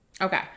Okay